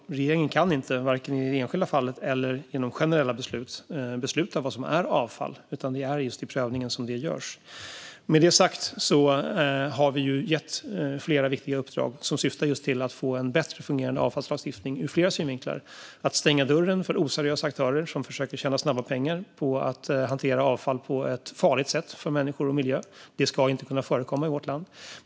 Regeringen kan inte i vare sig det enskilda fallet eller genom generella beslut fatta beslut om vad som är avfall, utan det är just i prövningen som det görs. Med detta sagt har vi gett flera viktiga uppdrag som syftar till att få en bättre fungerande avfallslagstiftning ur flera synvinklar, det vill säga stänga dörren för oseriösa aktörer som försöker tjäna snabba pengar på att hantera avfall på ett farligt sätt för människor och miljö. Det ska inte förekomma i vårt land.